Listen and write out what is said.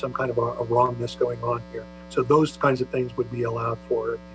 some kind of wrongness going on so those kinds of things would be allowed for